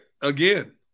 again